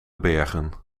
bergen